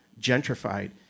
gentrified